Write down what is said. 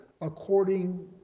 according